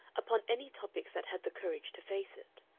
upon any topics that had the courage to face it.